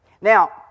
Now